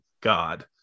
god